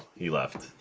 he left